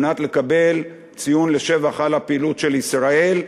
על מנת לקבל ציון לשבח על הפעילות של ישראל.